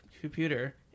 computer